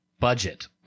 budget